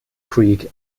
creek